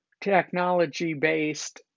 technology-based